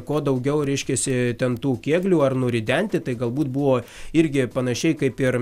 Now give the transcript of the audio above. kuo daugiau reiškiasi ten tų kėglių ar nuridenti tai galbūt buvo irgi panašiai kaip ir